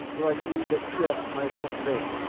for i knew that here my work lay.